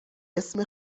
اسم